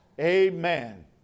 Amen